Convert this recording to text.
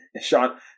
Sean